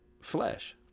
flesh